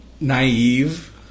naive